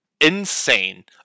insane